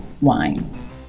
wine